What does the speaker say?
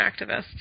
activists